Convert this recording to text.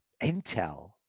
Intel